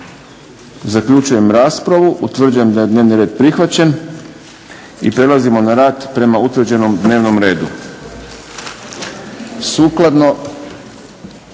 zaključujem raspravu, utvrđujem da je dnevni red prihvaćen, i prelazimo na rad prema utvrđenom dnevnom redu.